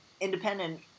independent